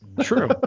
True